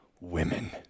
women